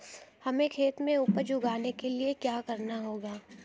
हमें खेत में उपज उगाने के लिये क्या करना होगा?